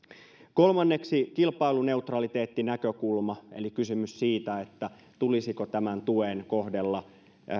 kolmanneksi kilpailuneutraliteettinäkökulma eli kysymys siitä tulisiko tämän tuen kohdella